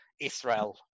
Israel